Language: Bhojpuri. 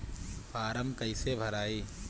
फारम कईसे भराई?